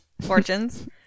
Fortunes